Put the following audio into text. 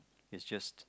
is just